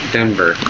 Denver